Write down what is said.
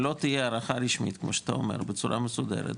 אם לא תהיה הארכה רשמית בצורה מסודרת,